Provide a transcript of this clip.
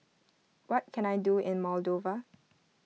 what can I do in Moldova